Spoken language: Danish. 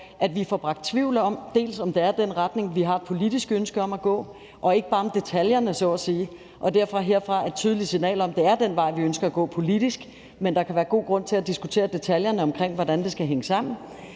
vi får skabt tvivl om, om det er den retning, vi har et politisk ønske om at gå, og ikke bare om detaljerne så at sige. Derfor er der et tydeligt signal herfra om, at det er den vej, vi ønsker at gå politisk. Men der kan være god grund til at diskutere detaljerne omkring, hvordan det skal hænge sammen.